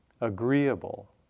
agreeable